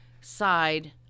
side